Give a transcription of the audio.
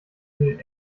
den